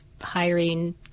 hiring